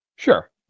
Sure